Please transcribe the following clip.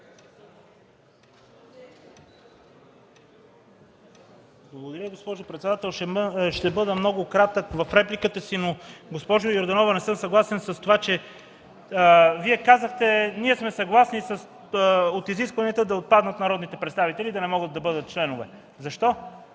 Благодаря, госпожо председател. Ще бъда много кратък в репликата. Госпожо Йорданова, не съм съгласен със следното. Вие казахте: „Ние сме съгласни с изискването да отпаднат народните представители и да не могат да бъдат членове”. Защо?